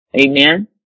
Amen